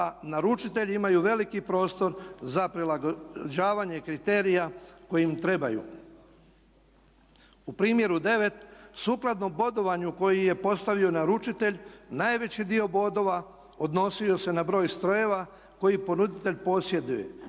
naručitelji imaju veliki prostor za prilagođavanje kriterija koji im trebaju. U primjeru 9, sukladno bodovanju koji je postavio naručitelj najveći dio bodova odnosio se na broj strojeva koje ponuditelj posjeduje,